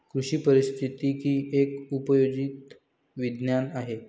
कृषी पारिस्थितिकी एक उपयोजित विज्ञान आहे